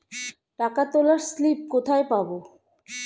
টাকা তোলার স্লিপ কোথায় পাব?